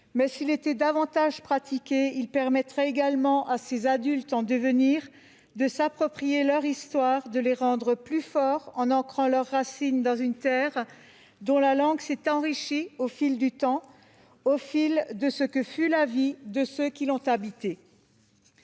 mais s'il était davantage pratiqué, il permettrait également à ces adultes en devenir de s'approprier leur histoire, de les rendre plus forts en ancrant leurs racines dans une terre dont la langue s'est enrichie au fil du temps, au fil de ce que fut la vie de ceux qui l'ont habitée.